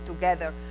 together